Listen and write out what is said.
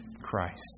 Christ